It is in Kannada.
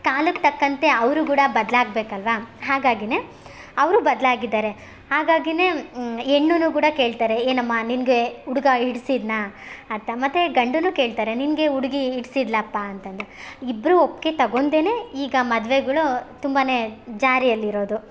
ಕಾಲಕ್ಕೆ ತಕ್ಕಂತೆ ಅವರು ಕೂಡ ಬದ್ಲು ಆಗ್ಬೇಕು ಅಲ್ವಾ ಹಾಗಾಗಿ ಅವರು ಬದ್ಲು ಆಗಿದ್ದಾರೆ ಹಾಗಾಗಿ ಹೆಣ್ಣುನು ಕೂಡ ಕೇಳ್ತಾರೆ ಏನಮ್ಮ ನಿನಗೆ ಹುಡ್ಗ ಹಿಡಿಸಿದ್ನ ಅಂತ ಮತ್ತೆ ಗಂಡನ್ನ ಕೇಳ್ತಾರೆ ನಿನಗೆ ಹುಡ್ಗಿ ಹಿಡ್ಸಿದ್ಲಪಾ ಅಂತಂದು ಇಬ್ರ ಒಪ್ಪಿಗೆ ತಗೊಂಡೆನೆ ಈಗ ಮದುವೆಗಳು ತುಂಬ ಜಾರಿಯಲ್ಲಿ ಇರೋದು